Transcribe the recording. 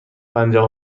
پنجاه